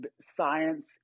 science